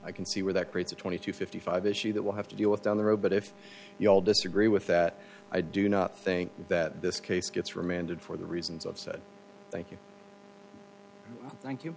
i can see where that creates a twenty to fifty five issue that will have to deal with down the road but if you all disagree with that i do not think that this case gets remanded for the reasons i've said thank you